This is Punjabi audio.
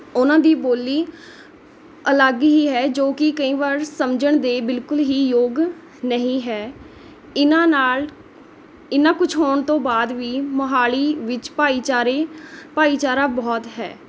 ਉਹਨਾਂ ਦੀ ਬੋਲੀ ਅਲੱਗ ਹੀ ਹੈ ਜੋ ਕਿ ਕਈ ਵਾਰ ਸਮਝਣ ਦੇ ਬਿਲਕੁਲ ਹੀ ਯੋਗ ਨਹੀਂ ਹੈ ਇਹਨਾਂ ਨਾਲ ਇੰਨਾ ਕੁਛ ਹੋਣ ਤੋਂ ਬਾਅਦ ਵੀ ਮੋਹਾਲੀ ਵਿੱਚ ਭਾਈਚਾਰੇ ਭਾਈਚਾਰਾ ਬਹੁਤ ਹੈ